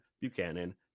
Buchanan